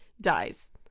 dies